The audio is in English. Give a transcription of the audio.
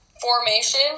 formation